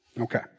Okay